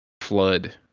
flood